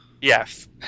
Yes